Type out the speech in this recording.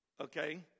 okay